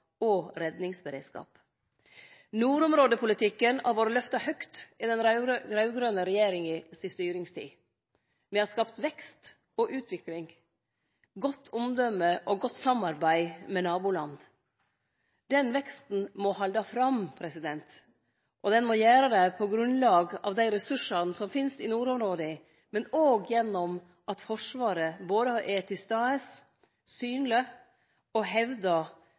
redningsberedskap. Nordområdepolitikken har vore lyfta høgt i den raud-grøne regjeringa si styringstid. Me har skapt vekst, utvikling, godt omdøme og godt samarbeid med naboland. Den veksten må halde fram, og den må gjere det på grunnlag av dei ressursane som finst i nordområda, men òg gjennom at Forsvaret er både til stades, synleg og